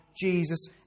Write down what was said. Jesus